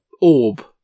orb